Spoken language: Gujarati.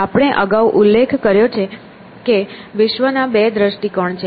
આપણે અગાઉ ઉલ્લેખ કર્યો છે કે વિશ્વના બે દ્રષ્ટિકોણ છે